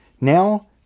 now